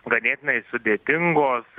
ganėtinai sudėtingos